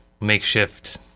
makeshift